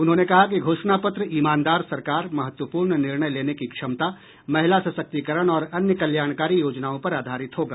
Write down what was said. उन्होंने कहा कि घोषणा पत्र ईमानदार सरकार महत्वपूर्ण निर्णय लेने की क्षमता महिला सशक्तीकरण और अन्य कल्याणकारी योजनाओं पर आधारित होगा